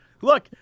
Look